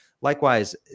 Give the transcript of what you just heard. Likewise